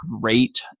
great